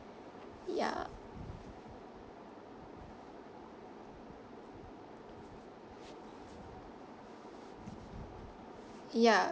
ya ya